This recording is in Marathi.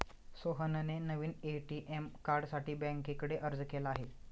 सोहनने नवीन ए.टी.एम कार्डसाठी बँकेकडे अर्ज केला आहे